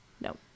No